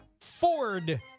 Ford